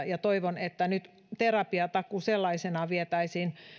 ja toivon että nyt terapiatakuu vietäisiin sellaisenaan